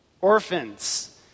Orphans